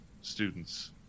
students